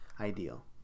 ideal